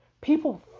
People